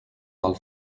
del